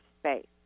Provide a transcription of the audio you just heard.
space